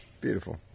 Beautiful